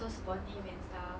so supportive and stuff